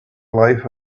life